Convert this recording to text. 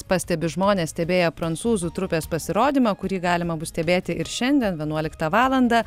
pastebi žmonės stebėję prancūzų trupės pasirodymą kurį galima bus stebėti ir šiandien vienuoliktą valandą